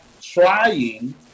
trying